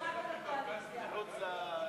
אני מדברת עכשיו רק על הקואליציה.